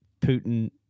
Putin